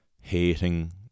hating